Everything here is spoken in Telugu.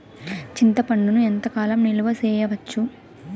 చింతపండును ఎంత కాలం నిలువ చేయవచ్చు?